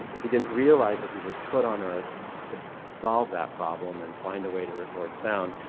he didn't realize that he was put on earth to solve that problem and find a way to record sound,